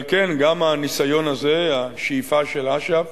על כן, גם הניסיון הזה, השאיפה של אש"ף